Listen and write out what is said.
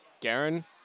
Garen